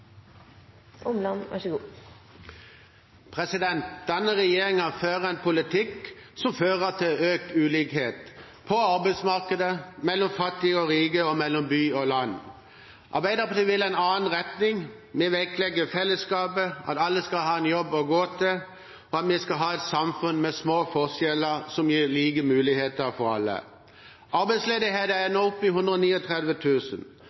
Denne regjeringen fører en politikk som fører til økt ulikhet, på arbeidsmarkedet, mellom fattige og rike og mellom by og land. Arbeiderpartiet vil i en annen retning. Vi vektlegger fellesskapet, at alle skal ha en jobb å gå til, og at vi skal ha et samfunn med små forskjeller, som gir like muligheter for alle. Arbeidsledigheten er